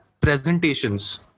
presentations